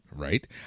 Right